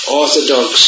orthodox